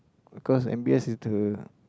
cause m_b_s is the